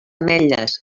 ametlles